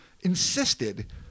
insisted